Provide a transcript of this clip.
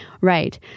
Right